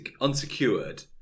unsecured